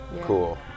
Cool